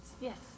Yes